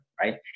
right